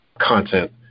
content